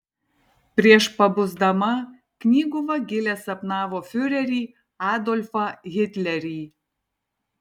prieš pabusdama knygų vagilė sapnavo fiurerį adolfą hitlerį